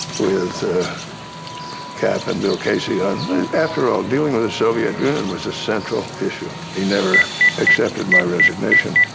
with cap and bill casey. and after all, dealing with the soviet union was a central issue. he never accepted my resignation.